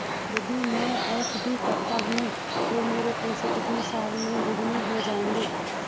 यदि मैं एफ.डी करता हूँ तो मेरे पैसे कितने साल में दोगुना हो जाएँगे?